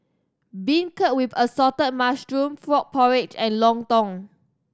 beancurd with assorted mushroom frog porridge and lontong